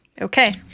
Okay